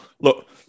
Look